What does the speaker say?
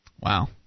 Wow